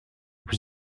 plus